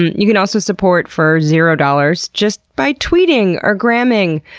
you can also support for zero dollars just by tweeting, or gramming,